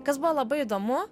kas buvo labai įdomu